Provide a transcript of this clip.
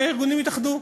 שהארגונים יתאחדו.